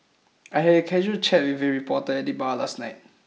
I had a casual chat with a reporter at the bar last night